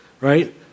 right